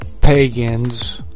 pagans